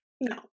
No